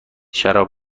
شراب